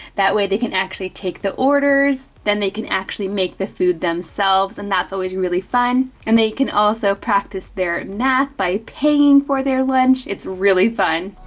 that way they can actually take the orders. then they can actually make the food themselves, and that's always really fun, and they can also practice their nap, by paying for their lunch, it's really fun.